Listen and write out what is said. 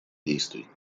действий